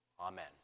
Amen